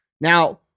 Now